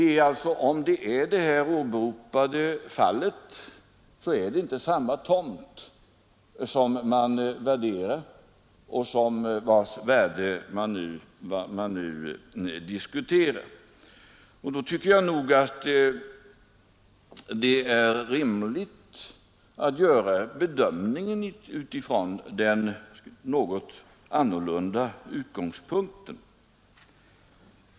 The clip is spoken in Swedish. Om det sålunda är detta fall som här har åberopats, så är det inte samma storlek på tomten som man diskuterar värdet av, och då tycker jag det är rimligt att göra bedömningen utifrån den något annorlunda utgångspunkten.